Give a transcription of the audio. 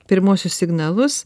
pirmuosius signalus